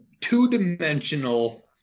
two-dimensional